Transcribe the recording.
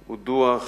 הוא דוח,